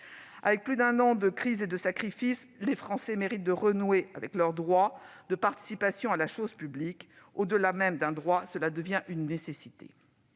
Après plus d'un an de crise et de sacrifices, les Français méritent de renouer avec leurs droits de participation à la chose publique- au-delà d'un droit, c'est une nécessité.